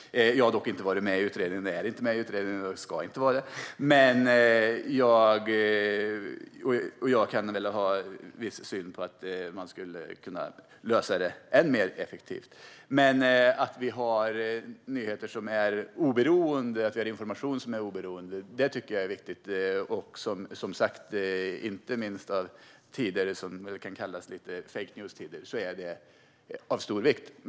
Jag har dock inte varit med i utredningen - jag är inte med i utredningen och ska inte vara det - och kan tycka att man skulle kunna lösa det än mer effektivt. Att vi har oberoende nyheter och information är viktigt. Inte minst i tider som kan kallas fake news-tider är det av stor vikt.